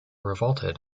revolted